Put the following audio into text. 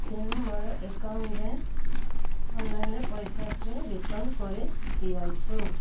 ତେଣୁ ମୋର ଏକାଉଣ୍ଟ୍ରେ ଅନ୍ଲାଇନ୍ରେ ପଇସାଟି ରିଟର୍ଣ୍ଣ୍ କରିଦିଅନ୍ତୁ